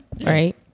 right